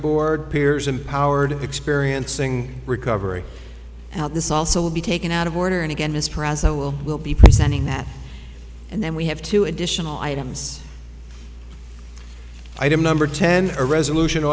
board peers empowered experiencing recovery and how this also will be taken out of order and again mr as i will will be presenting that and then we have two additional items item number ten a resolution